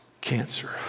Cancer